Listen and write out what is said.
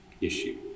issue